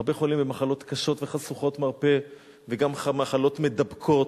הרבה חולים במחלות קשות וחשוכות מרפא וגם מחלות מידבקות.